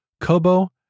Kobo